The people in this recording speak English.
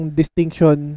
distinction